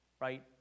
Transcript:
right